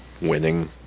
winning